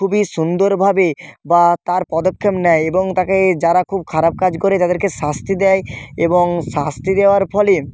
খুবই সুন্দরভাবে বা তার পদক্ষেপ নেয় এবং তাকে যারা খুব খারাপ কাজ করে যাদেরকে শাস্তি দেয় এবং শাস্তি দেওয়ার ফলে